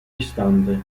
istante